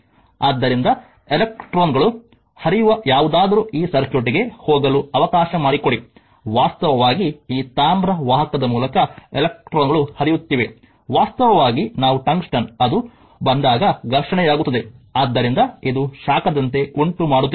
ಆದ್ದರಿಂದ ಎಲೆಕ್ಟ್ರಾನ್ಗಳು ಹರಿಯುವ ಯಾವುದಾದರೂ ಈ ಸರ್ಕ್ಯೂಟ್ಗೆ ಹೋಗಲು ಅವಕಾಶ ಮಾಡಿಕೊಡಿ ವಾಸ್ತವವಾಗಿ ಈ ತಾಮ್ರ ವಾಹಕದ ಮೂಲಕ ಎಲೆಕ್ಟ್ರಾನ್ಗಳು ಹರಿಯುತ್ತಿವೆ ವಾಸ್ತವವಾಗಿ ನಾವು ಟಂಗ್ಸ್ಟನ್ ಅದು ಬಂದಾಗ ಘರ್ಷಣೆಯಾಗುತ್ತದೆ ಆದ್ದರಿಂದ ಇದು ಶಾಖದಂತೆ ಉಂಟುಮಾಡುತ್ತಿದೆ